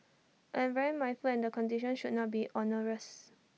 I am very mindful that the conditions should not be onerous